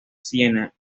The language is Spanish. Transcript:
siena